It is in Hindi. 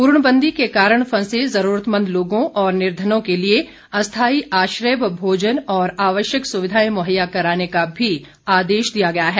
पूर्णबंदी के कारण फंसे जरूरतमंद लोगों और निर्धनों के लिए अस्थायी आश्रय व भोजन और आवश्यक सुविधाएं मुहैया कराने का भी आदेश दिया गया है